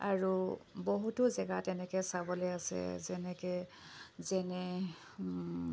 আৰু বহুতো জেগা তেনেকৈ চাবলৈ আছে যেনেকৈ যেনে